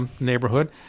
neighborhood